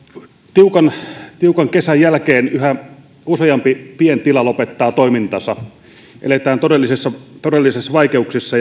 tiukan tiukan kesän jälkeen yhä useampi pientila lopettaa toimintansa eletään todellisissa todellisissa vaikeuksissa